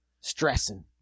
Stressing